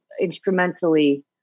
instrumentally